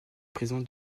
prison